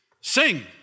Sing